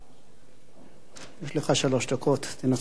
יש לך שלוש דקות, תנצל אותן עד תום.